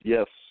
Yes